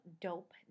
Dope